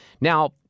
Now